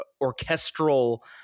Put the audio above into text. orchestral